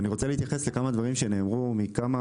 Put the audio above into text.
אני רוצה להתייחס לכמה דברים שנאמרו מכמה